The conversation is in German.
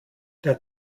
der